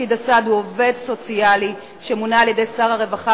פקיד סעד הוא עובד סוציאלי שמונה על-ידי שר הרווחה